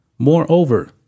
Moreover